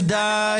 מה קרה, נעלם?